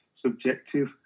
subjective